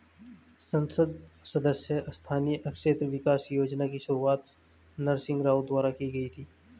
संसद सदस्य स्थानीय क्षेत्र विकास योजना की शुरुआत नरसिंह राव द्वारा की गई थी